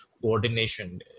coordination